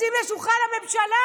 רצים לשולחן הממשלה,